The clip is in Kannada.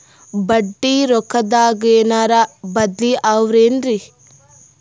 ಬಡ್ಡಿ ರೊಕ್ಕದಾಗೇನರ ಬದ್ಲೀ ಅವೇನ್ರಿ?